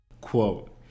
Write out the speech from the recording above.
Quote